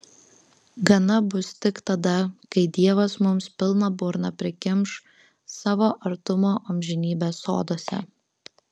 gana bus tik tada kai dievas mums pilną burną prikimš savo artumo amžinybės soduose